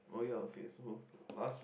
oh yeah okay so last